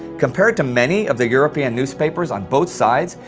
compared to many of the european newspapers on both sides,